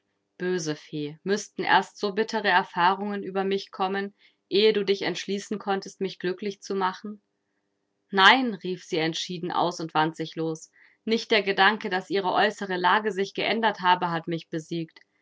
böse fee mußten erst so bittere erfahrungen über mich kommen ehe du dich entschließen konntest mich glücklich zu machen nein rief sie entschieden aus und wand sich los nicht der gedanke daß ihre äußere lage sich geändert habe hat mich besiegt